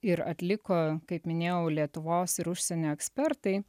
ir atliko kaip minėjau lietuvos ir užsienio ekspertai